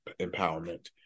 empowerment